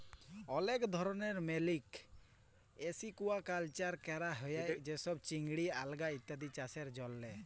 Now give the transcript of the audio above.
অলেক ধরলের marine aquaculture ক্যরা হ্যয়ে যেমল চিংড়ি, আলগা ইত্যাদি চাসের জন্হে